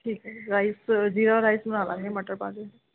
ਠੀਕ ਹੈ ਜੀ ਰਾਈਸ ਜੀਰਾ ਰਾਈਸ ਬਣਾ ਲਾਂਗੇ ਮਟਰ ਪਾ ਕੇ